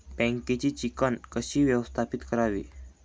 बँकेची चिकण कशी व्यवस्थापित करावी?